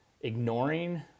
ignoring